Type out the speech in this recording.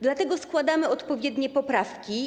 Dlatego składamy odpowiednie poprawki.